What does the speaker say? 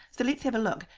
so, let's have a look,